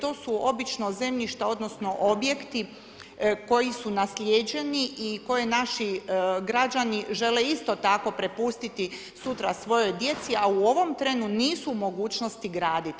To su obično zemljišta odnosno objekti koji su naslijeđeni i koje naši građani žele isto tako prepustiti sutra svojoj djeci a u ovom trenu nisu u mogućnosti graditi.